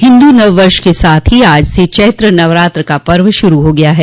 हिन्दू नववर्ष के साथ ही आज से चैत्र नवरात्र का पर्व श्रू हो गया है